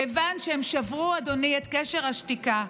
מכיוון שהם שברו את קשר השתיקה.